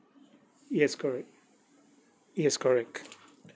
yes correct yes correct